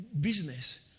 business